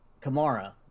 Kamara